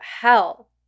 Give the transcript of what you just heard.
hell